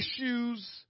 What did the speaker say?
issues